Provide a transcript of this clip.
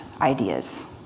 ideas